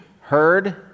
heard